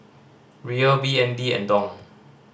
Riel B N D and Dong